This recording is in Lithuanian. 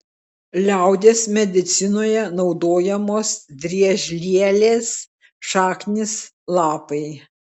liaudies medicinoje naudojamos driežlielės šaknys lapai